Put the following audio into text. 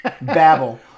babble